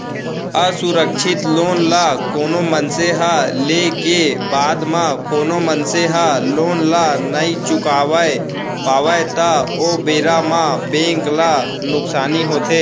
असुरक्छित लोन ल कोनो मनसे ह लेय के बाद म कोनो मनसे ह लोन ल नइ चुकावय पावय त ओ बेरा म बेंक ल नुकसानी होथे